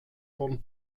von